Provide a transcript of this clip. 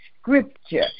scripture